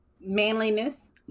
Manliness